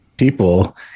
people